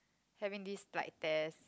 having this bright test